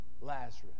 Lazarus